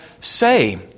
say